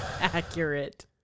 Accurate